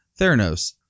Theranos